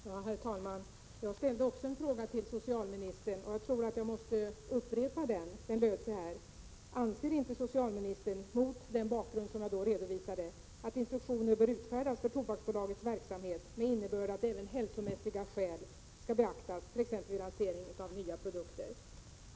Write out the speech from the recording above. Herr talman! Jag ställde också en fråga till socialministern. Jag tror att jag måste upprepa den: Anser inte socialministern, mot den bakgrund jag redovisade, att instruktioner bör utfärdas för Tobaksbolagets verksamhet med innebörden att även hälsomässiga skäl skall beaktas, t.ex. vid lansering av nya produkter?